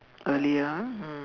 earlier ah mm